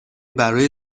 برای